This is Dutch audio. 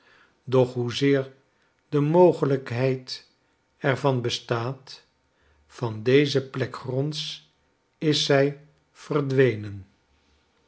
doch hoezeer de mogelijkheid er van bestaat van deze plek gronds is zij verdwenen